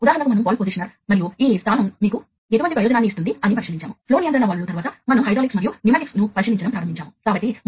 కాబట్టి ఇది చాలా పెద్ద పని మరియు అందువల్ల వైరింగ్ పారిశ్రామిక ఆటోమేషన్ ప్రాజెక్ట్ విషయంలో వైరింగ్ యొక్క ప్రయోజనం కూడా అల్పమైనది కాదు